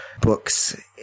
books